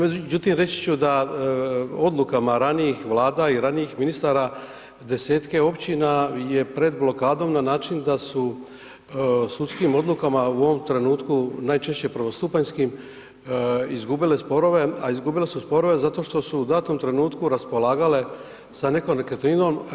Međutim, reći ću da odlukama ranijih Vlada i ranijih ministara, 10-ke općina je pred blokadom na način da su sudskim odlukama u ovom trenutku, najčešće prvostupanjskim izgubile sporove, a izgubile su sporove zato što su u datom trenutku raspolagale sa nekom nekretninom.